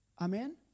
Amen